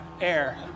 air